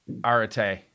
Arate